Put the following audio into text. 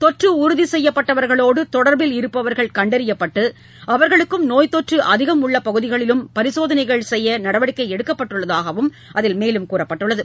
தொற்று உறுதி செய்யப்பட்டவர்களோடு தொடர்பில் இருப்பவர்கள் கண்டறியப்பட்டு அவர்களுக்கும் நோய்த்தொற்று அதிகம் பரிசோதனைகள் செய்ய நடவடிக்கை எடுக்கப்பட்டுள்ளதாகவும் அதில் தெரிவிக்கப்பட்டுள்ளது